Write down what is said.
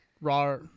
Raw